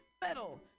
Metal